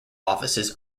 offices